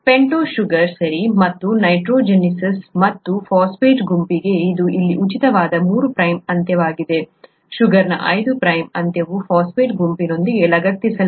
pentose sugar ಸರಿ ಮತ್ತು nitrogenous base ಮತ್ತು ಫಾಸ್ಫೇಟ್ ಗುಂಪಿಗೆ ಇದು ಇಲ್ಲಿ ಉಚಿತವಾದ ಮೂರು ಪ್ರೈಮ್ ಅಂತ್ಯವಾಗಿದೆ ಶುಗರ್ನ ಐದು ಪ್ರೈಮ್ ಅಂತ್ಯವು ಫಾಸ್ಫೇಟ್ ಗುಂಪಿನೊಂದಿಗೆ ಲಗತ್ತಿಸಲಾಗಿದೆ